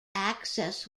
access